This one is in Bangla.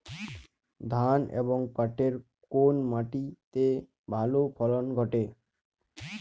ধান এবং পাটের কোন মাটি তে ভালো ফলন ঘটে?